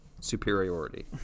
superiority